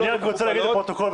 אני רק רוצה להגיד לפרוטוקול,